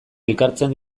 elkartzen